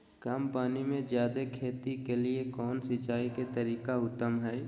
कम पानी में जयादे खेती के लिए कौन सिंचाई के तरीका उत्तम है?